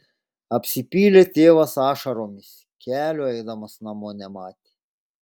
apsipylė tėvas ašaromis kelio eidamas namo nematė